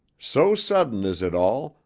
so sudden is it all,